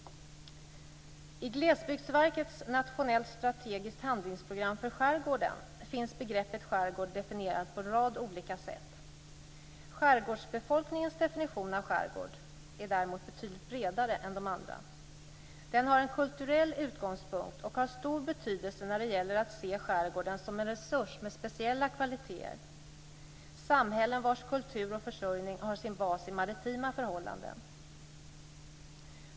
I Glesbygdsverkets "Nationellt strategiskt handlingsprogram för skärgården" definieras begreppet skärgård på en rad olika sätt. Skärgårdsbefolkningens definition av skärgård är betydligt bredare än de andra. Den har en kulturell utgångspunkt och har stor betydelse när det gäller att se skärgården som en resurs med speciella kvaliteter. Det handlar om samhällen vars kultur och försörjning har sin bas i maritima förhållanden.